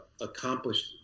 accomplished